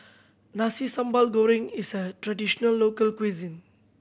Nasi Sambal Goreng is a traditional local cuisine